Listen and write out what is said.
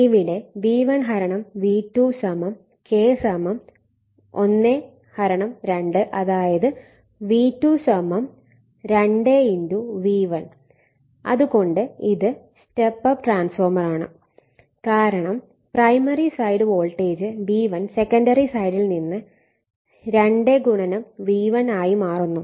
ഇവിടെ V1 V2 K ½ അതായത് V2 2×V1 അതുകൊണ്ട് ഇത് സ്റ്റെപ്പ് അപ്പ് ട്രാൻസ്ഫോർമർ ആണ് കാരണം primary side voltage V1 secondary സൈഡിൽ അത് 2×V1 ആയി മാറുന്നു